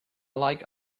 like